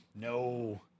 No